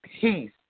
Peace